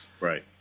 Right